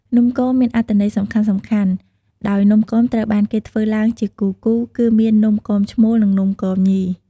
នំគមមានអត្ថន័យសំខាន់ៗដោយនំគមត្រូវបានគេធ្វើឡើងជាគូៗ គឺមាន នំគមឈ្មោល និង នំគមញី។